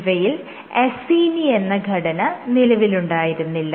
ഇവയിൽ അസീനി എന്ന ഘടന നിലവിലുണ്ടായിരുന്നില്ല